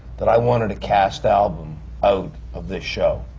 that i wanted a cast album out of this show,